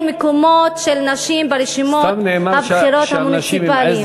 מקומות של נשים ברשימות לבחירות המוניציפליות.